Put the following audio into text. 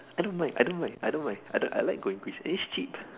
I don't mind I don't mind I don't mind I don't I like going Greece and it's cheap